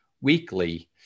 weekly